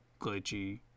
glitchy